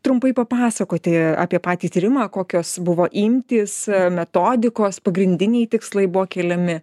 trumpai papasakoti apie patį tyrimą kokios buvo imtys metodikos pagrindiniai tikslai buvo keliami